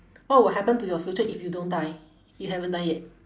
what will happen to your future if you don't die you haven't die yet